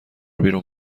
بیرون